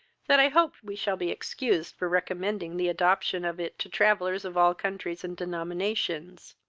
that i hope we shall be excused for recommending the adoption of it to travellers of all countries and denominations